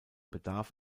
bedarf